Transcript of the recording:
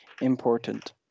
important